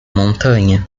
montanha